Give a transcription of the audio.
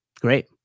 Great